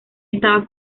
estaba